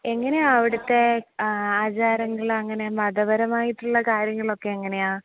എങ്ങനെയാണ് അവിടുത്തെ ആചാരങ്ങൾ അങ്ങനെ മതപരമായിട്ടുള്ള കാര്യങ്ങളൊക്കെ എങ്ങനെയാണ്